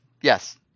Yes